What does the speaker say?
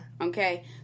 Okay